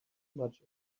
much